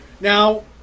Now